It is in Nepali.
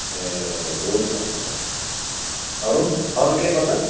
ए हुन्छ हुन्छ भाइ अरू अरू केही पर्छ